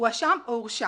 הואשם או הורשע